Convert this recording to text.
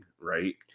right